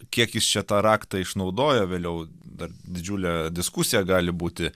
kiek jis čia tą raktą išnaudoja vėliau dar didžiulė diskusija gali būti